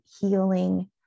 healing